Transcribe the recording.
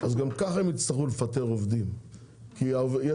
גם כך הם יצטרכו לפטר עובדים,